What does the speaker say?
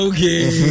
Okay